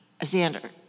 Xander